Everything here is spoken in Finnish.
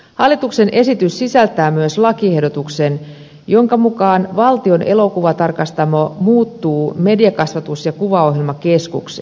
hallituksen esitys sisältää myös lakiehdotuksen jonka mukaan valtion elokuvatarkastamo muuttuu mediakasvatus ja kuvaohjelmakeskukseksi